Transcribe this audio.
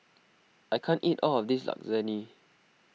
I can't eat all of this Lasagne